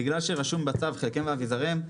בגלל שרשום בצו חלקים ואביזרים,